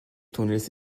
tunnels